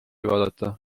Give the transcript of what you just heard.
vaadata